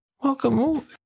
Welcome